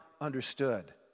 understood